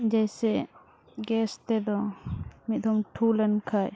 ᱡᱮᱭᱥᱮ ᱛᱮᱫᱚ ᱢᱤᱫ ᱫᱚᱢ ᱴᱷᱩ ᱞᱮᱱᱠᱷᱟᱡ